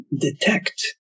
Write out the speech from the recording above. detect